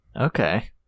Okay